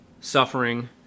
suffering